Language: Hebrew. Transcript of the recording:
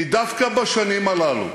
כי דווקא בשנים הללו,